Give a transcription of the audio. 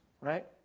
right